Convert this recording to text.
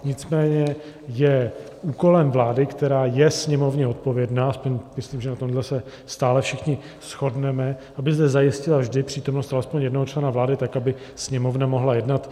Nicméně je úkolem vlády, která je Sněmovně odpovědná myslím, že na tomhle se stále všichni shodneme aby zde zajistila vždy přítomnost alespoň jednoho člena vlády, tak aby Sněmovna mohla jednat.